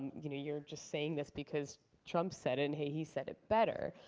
you know you're just saying this because trump said it and, hey, he said it better.